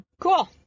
Cool